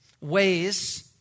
ways